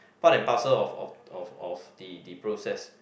part and parcel of of of of the the process